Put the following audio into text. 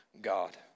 God